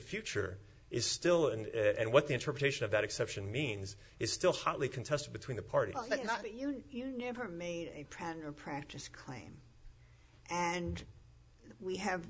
future is still and what the interpretation of that exception means is still hotly contested between the parties but not you you never made a printer practice claim and we have